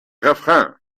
refrain